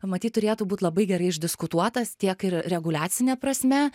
matyt turėtų būt labai gerai išdiskutuotas tiek ir reguliacine prasme